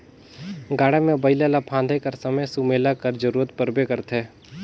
गाड़ा मे बइला ल फादे कर समे सुमेला कर जरूरत परबे करथे